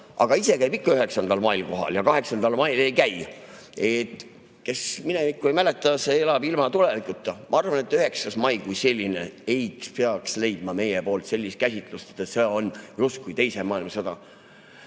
aga ise käib ikka 9. mail kohal ja 8. mail ei käi. Kes minevikku ei mäleta, see elab ilma tulevikuta. Ma arvan, et 9. mai kui selline ei peaks leidma meie poolt sellist käsitlust, et see on justkui teise maailmasõja